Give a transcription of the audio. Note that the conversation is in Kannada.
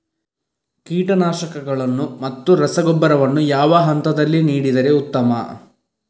ಕೀಟನಾಶಕಗಳನ್ನು ಮತ್ತು ರಸಗೊಬ್ಬರವನ್ನು ಯಾವ ಹಂತದಲ್ಲಿ ನೀಡಿದರೆ ಉತ್ತಮ?